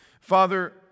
Father